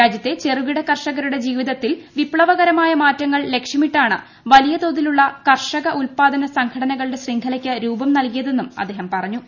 രാജ്യത്തെ ചെറുകിട കർഷകരുടെ ജീവിതത്തിൽ വിപ്തവകരമായ മാറ്റങ്ങൾ ലക്ഷ്യമിട്ടാണ്ട് മീലിയതോതിലുള്ള കർഷക ഉൽപാദ സംഘടനകളുടെ ശ്രീംഖ്ലയ്ക്ക് രൂപം നൽകിയതെന്നും അദ്ദേഹം പറഞ്ഞു